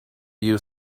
you